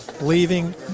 leaving